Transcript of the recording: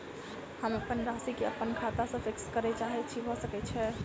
हम अप्पन राशि केँ अप्पन खाता सँ फिक्स करऽ चाहै छी भऽ सकै छै?